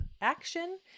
action